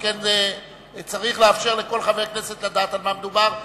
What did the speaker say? שכן צריך לאפשר לכל חברי הכנסת לדעת על מה מדובר.